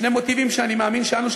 שני מוטיבים שאני מאמין שאנו,